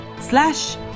slash